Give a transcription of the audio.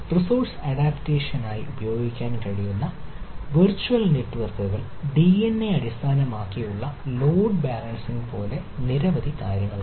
resource അഡാപ്റ്റേഷനായി ഉപയോഗിക്കാൻ കഴിയുന്ന വെർച്വൽ നെറ്റ്വർക്കുകൾ ഡിഎൻഎ അടിസ്ഥാനമാക്കിയുള്ള ലോഡ് ബാലൻസിംഗ് പോലുള്ള നിരവധി കാര്യങ്ങളുണ്ട്